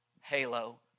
halo